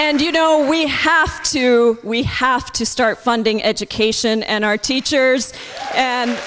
and you know we have to we have to start funding education and our teachers and